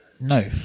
No